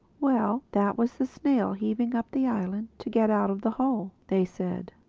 well, that was the snail heaving up the island to get out of the hole, they said.